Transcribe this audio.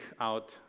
out